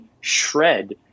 shred